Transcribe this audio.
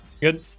Good